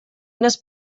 unes